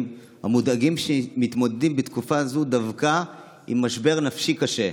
המודאגים שמתמודדים בתקופה הזאת דווקא עם משבר נפשי קשה.